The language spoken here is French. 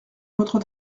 votre